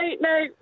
no